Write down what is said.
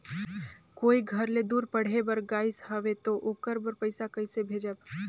कोई घर ले दूर पढ़े बर गाईस हवे तो ओकर बर पइसा कइसे भेजब?